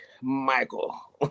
Michael